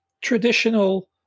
traditional